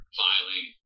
filing